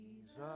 Jesus